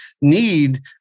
need